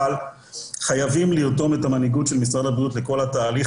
אבל חייבים לרתום את המנהיגות של משרד הבריאות לכל התהליך